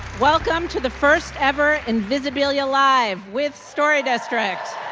welcome to the first-ever invisibilia live with story district